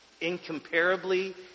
Incomparably